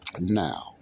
Now